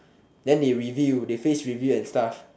then they reveal they face reveal and stuff